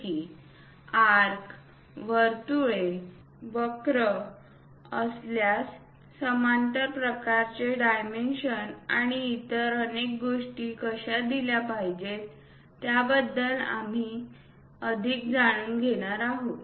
आजच्या व्याख्यानात आपण विशिष्ट विषयांवर जसे की आर्क वर्तुळे वक्र असल्यास समांतर प्रकारचे डायमेन्शन आणि इतर अनेक गोष्टी कशा दिल्या पाहिजेत त्याबद्दल काही अधिक जाणून घेणार आहोत